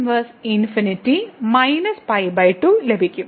tan 1 ∞ π2 ലഭിക്കും